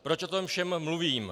Proč o tom všem mluvím?